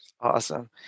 awesome